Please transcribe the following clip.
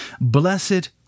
Blessed